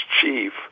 chief